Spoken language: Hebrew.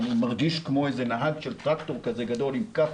אני מרגיש כמו נהג טרקטור גדול עם כף